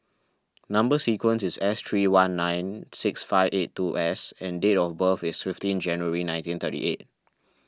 Number Sequence is S three one nine six five eight two S and date of birth is fifteen January nineteen thirty eight